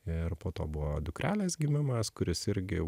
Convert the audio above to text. ir po to buvo dukrelės gimimas kuris irgi